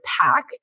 pack